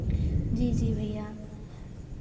जी जी भैया